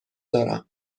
دارم